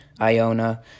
Iona